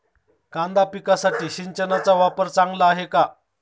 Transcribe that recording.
कांदा पिकासाठी सिंचनाचा वापर चांगला आहे का?